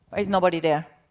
there's nobody there.